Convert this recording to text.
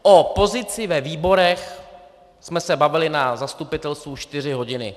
O pozici ve výborech jsme se bavili na zastupitelstvu čtyři hodiny.